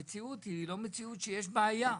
המציאות היא לא מציאות שבה יש בעיה.